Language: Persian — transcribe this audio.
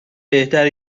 بهتره